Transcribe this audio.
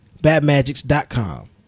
Badmagics.com